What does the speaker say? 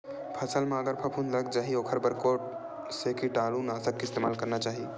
फसल म अगर फफूंद लग जा ही ओखर बर कोन से कीटानु नाशक के इस्तेमाल करना चाहि?